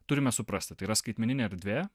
turime suprasti tai yra skaitmeninė erdvė